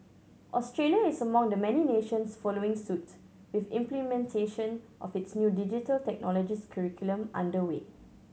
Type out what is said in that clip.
Australia is among the many nations following suit with implementation of its new Digital Technologies curriculum under way